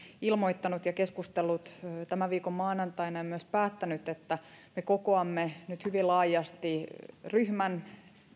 ilmoittanut ja keskustellut tämän viikon maanantaina että me kokoamme nyt hyvin laajasti ryhmän